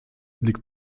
liegt